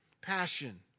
Passion